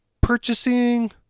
purchasing